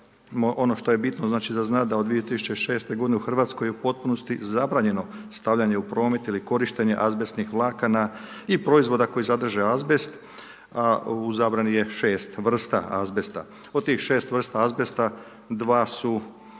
Ono što je bitno za znati da od 2006.g. u Hrvatskoj u potpunosti je zabranjeno stavljanje u promet ili korištenje azbestnih vlakana i proizvoda koji sadrže azbest a u zabrani je 6 vrsta azbesta. Od tih 6 vrsta azbesta, 2 su